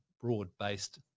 broad-based